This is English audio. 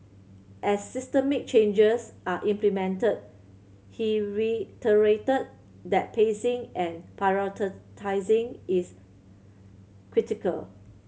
as systemic changes are implemented he reiterated that pacing and is critical